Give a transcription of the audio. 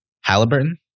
Halliburton